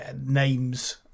names